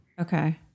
Okay